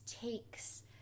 takes